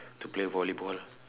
to play volleyball